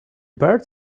bird